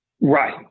Right